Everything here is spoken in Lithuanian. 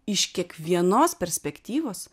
iš kiekvienos perspektyvos